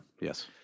Yes